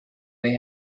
they